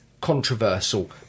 controversial